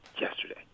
yesterday